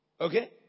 Okay